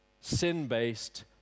sin-based